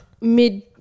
mid